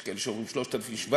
יש כאלה שאומרים 3,700,